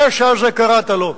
הפשע הזה, קראת לו.